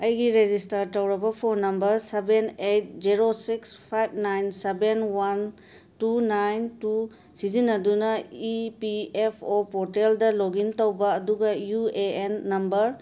ꯑꯩꯒꯤ ꯔꯦꯖꯤꯁꯇꯔ ꯇꯧꯔꯕ phone number seven eight zero six five nine seven one two nine two ꯁꯤꯖꯤꯟꯅꯗꯨꯅ E P F O ꯄꯣꯔꯇꯦꯜꯗ log in ꯇꯧꯕ ꯑꯗꯨꯒ U A N number